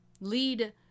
lead